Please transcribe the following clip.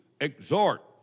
exhort